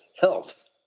health